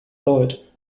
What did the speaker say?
lloyd